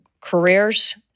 careers